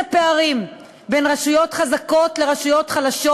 הפערים בין רשויות חזקות לרשויות חלשות,